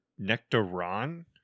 Nectaron